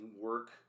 work